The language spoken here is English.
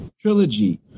trilogy